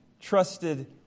trusted